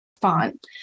font